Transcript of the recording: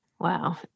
Wow